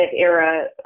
era